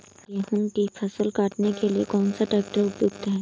गेहूँ की फसल काटने के लिए कौन सा ट्रैक्टर उपयुक्त है?